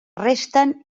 resten